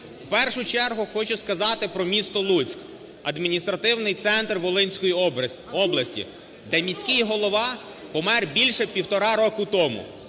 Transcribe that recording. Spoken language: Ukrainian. В першу чергу хочу сказати про місто Луцьк – адміністративний центр Волинської області, де міський голова помер більше 1,5 роки тому.